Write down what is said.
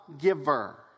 giver